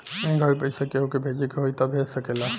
ए घड़ी पइसा केहु के भेजे के होई त भेज सकेल